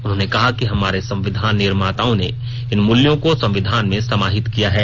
उन्होंने कहा कि हमारे संविधान निर्माताओं ने इन मूल्यों को संविधान में समाहित किया है